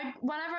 whenever